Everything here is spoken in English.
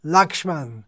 Lakshman